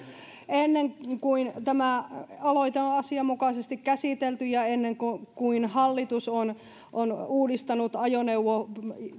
ennen kuin tämä aloite on asianmukaisesti käsitelty ja ennen kuin kuin hallitus on on uudistanut